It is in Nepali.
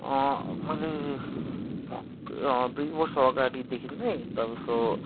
मैले भक् दुई वर्ष अगाडिदेखि नै तपाईँको